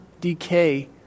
decay